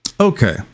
Okay